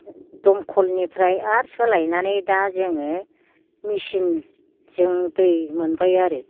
दंखलनिफ्राय आरो सोलायनानै दा जोङो मेसिनजों दै मोनबाय आरो